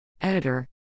Editor